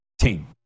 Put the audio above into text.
team